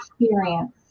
experience